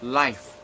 life